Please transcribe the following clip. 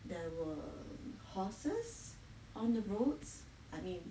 there were horses on the roads I mean